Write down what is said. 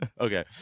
okay